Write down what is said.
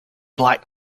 black